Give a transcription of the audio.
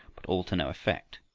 but all to no effect.